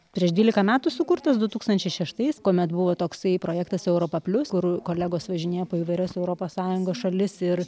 prieš dvylika metų sukurtas du tūkstančiai šeštais kuomet buvo toksai projektas europa plius kur kolegos važinėjo po įvairias europos sąjungos šalis ir